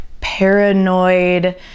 paranoid